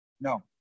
No